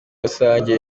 rusange